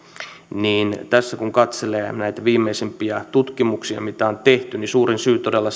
tässä kun katselee näitä viimeisimpiä tutkimuksia mitä on tehty niin suurin syy todella